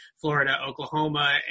Florida-Oklahoma